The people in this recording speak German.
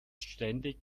ständig